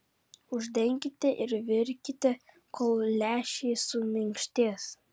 uždenkite ir virkite kol lęšiai suminkštės